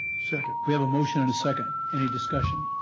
second. we have a motion and a second. any discussion?